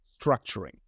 structuring